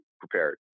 prepared